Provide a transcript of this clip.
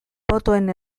botoen